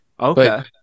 okay